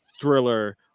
thriller